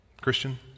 Christian